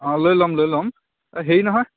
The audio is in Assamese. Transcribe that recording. অ' লৈ ল'ম লৈ ল'ম এই হেৰি নহয়